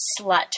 slut